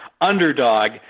underdog